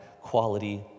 quality